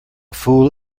fool